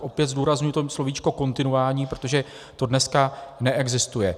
Opět zdůrazňuji to slovíčko kontinuální, protože to dneska neexistuje.